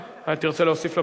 נוכל להוסיף אותך